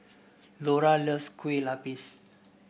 Laura loves Kue Lupis